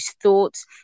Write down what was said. thoughts